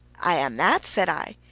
i am that, said i.